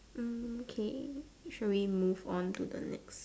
mm okay should we move on to the next